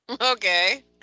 Okay